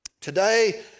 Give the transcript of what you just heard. Today